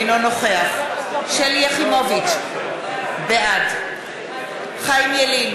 אינו נוכח שלי יחימוביץ, בעד חיים ילין,